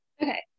okay